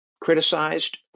criticized